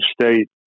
State